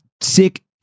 sick